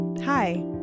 Hi